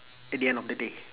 at the end of the day